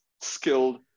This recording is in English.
skilled